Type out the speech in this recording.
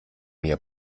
mir